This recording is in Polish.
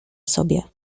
sobie